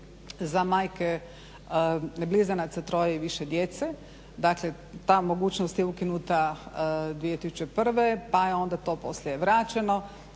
za majke blizanaca, troje i više djece. Dakle, ta mogućnost je ukinuta 2001. pa je onda to poslije vraćeno.